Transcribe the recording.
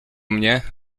mnie